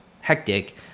hectic